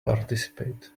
participate